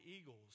eagles